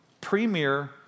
premier